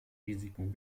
risiken